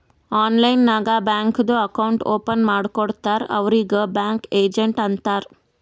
online ನಾಗ್ ಬ್ಯಾಂಕ್ದು account open ಮಾಡ್ಕೊಡ್ತಾರ್ ಅವ್ರಿಗ್ ಬ್ಯಾಂಕಿಂಗ್ ಏಜೆಂಟ್ ಅಂತಾರ್